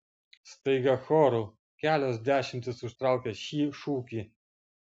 staiga choru kelios dešimtys užtraukia šį šūkį